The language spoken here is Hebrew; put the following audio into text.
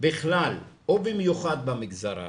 בכלל או במיוחד במגזר הערבי.